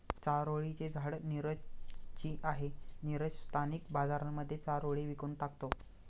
चारोळी चे झाड नीरज ची आहे, नीरज स्थानिक बाजारांमध्ये चारोळी विकून टाकतो